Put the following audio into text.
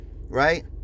right